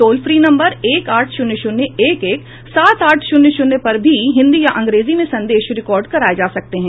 toll-free number एक आठ शून्य शून्य एक एक सात आठ शून्य शून्य पर भी हिन्दी या अंग्रेजी में संदेश रिकॉर्ड कराये जा सकते हैं